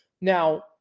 Now